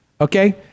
Okay